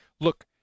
Look